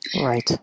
Right